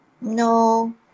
No